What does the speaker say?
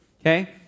okay